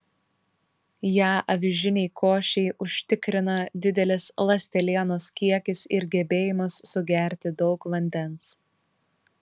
ją avižinei košei užtikrina didelis ląstelienos kiekis ir gebėjimas sugerti daug vandens